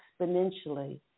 exponentially